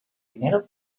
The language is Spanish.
dinero